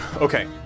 okay